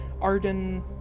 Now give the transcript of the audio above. Arden